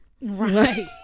Right